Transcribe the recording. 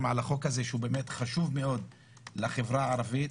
על החוק הזה שהוא באמת חשוב מאוד לחברה הערבית,